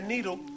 Needle